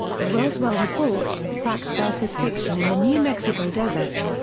the roswell report fact versus fiction in the new mexico desert.